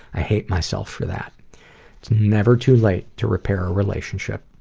i hate myself for that. it's never too late to repair a relationship.